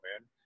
man